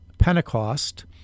Pentecost